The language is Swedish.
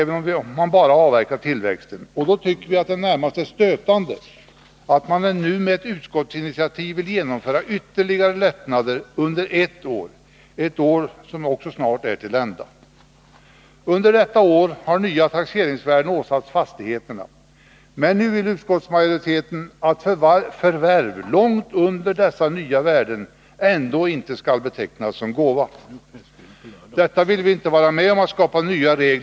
Vi tycker då att det är närmast stötande att man nu med ett utskottsinitiativ vill genomföra ytterligare lättnader under ett år, ett år som också snart är till ända. Under detta år har nya taxeringsvärden åsatts fastigheterna, men nu vill utskottsmajoriteten att förvärv långt under dessa nya värden ändå inte skall betecknas som gåva. Detta vill vi inte vara med om.